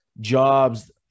jobs